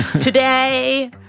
Today